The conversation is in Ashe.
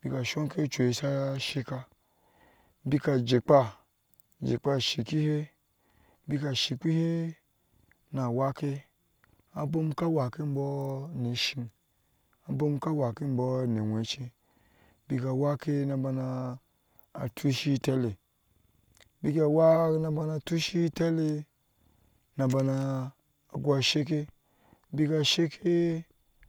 beka soŋ ken ajeh kpa shikpihe beka shi kpihɛ na wake abom ka wake anɔɔ ni eshiŋ abom ka wake ibɔɔ ni anwechɛ na tushihɛ ite le beka wak na tushi hɛ ifele ma gurka sheke beka shike.